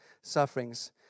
sufferings